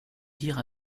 dire